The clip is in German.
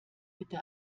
bitte